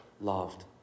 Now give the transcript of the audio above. loved